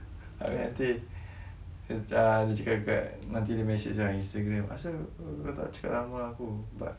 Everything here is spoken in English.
abeh nanti dia cakap kat nanti dia mesej ah Instagram asal kau tak cakap nama aku but